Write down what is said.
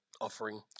offering